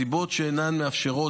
הסיבות שאינן מאפשרות,